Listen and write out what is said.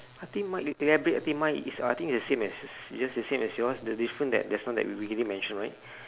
I think mine elaborate a bit I think mine is uh I think is the same as as as just the same as yours the difference that just now that we already mentioned right